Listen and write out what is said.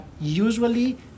Usually